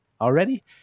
already